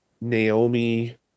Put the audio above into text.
Naomi